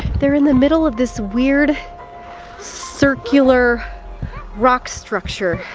they're in the middle of this weird circular rock structure.